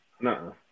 No